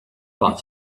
but